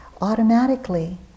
automatically